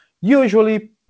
Usually